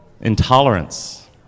Intolerance